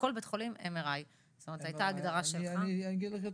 זאת הייתה ההגדרה שלך.